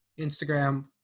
instagram